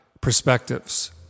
perspectives